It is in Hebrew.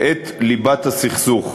את ליבת הסכסוך.